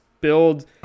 build